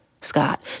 Scott